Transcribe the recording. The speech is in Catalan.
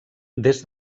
des